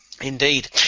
Indeed